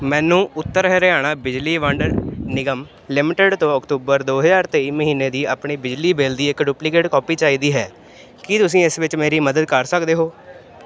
ਮੈਨੂੰ ਉੱਤਰ ਹਰਿਆਣਾ ਬਿਜਲੀ ਵੰਡ ਨਿਗਮ ਲਿਮਟਿਡ ਤੋਂ ਅਕਤੂਬਰ ਦੋ ਹਜ਼ਾਰ ਤੇਈ ਮਹੀਨੇ ਦੀ ਆਪਣੇ ਬਿਜਲੀ ਬਿੱਲ ਦੀ ਇੱਕ ਡੁਪਲੀਕੇਟ ਕੋਪੀ ਚਾਹੀਦੀ ਹੈ ਕੀ ਤੁਸੀਂ ਇਸ ਵਿੱਚ ਮੇਰੀ ਮਦਦ ਕਰ ਸਕਦੇ ਹੋ